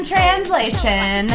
Translation